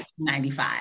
1995